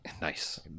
Nice